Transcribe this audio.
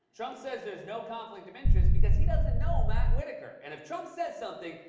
trump says there's no conflict of interest, because he doesn't know matt whitaker. and if trump says something,